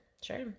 sure